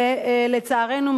ולצערנו,